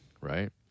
right